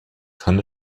kann